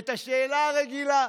השאלה הרגילה: